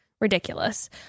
Ridiculous